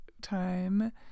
time